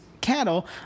cattle